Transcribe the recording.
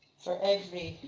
for every